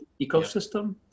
ecosystem